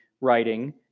writing